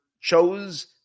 chose